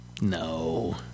No